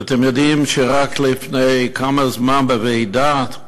אתם יודעים שרק לפני כמה שנים בוועידה,